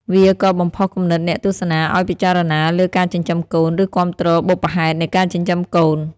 វាក៏បំផុសគំនិតអ្នកទស្សនាឲ្យពិចារណាលើការចិញ្ចឹមកូន ឬគាំទ្របុព្វហេតុនៃការចិញ្ចឹមកូន។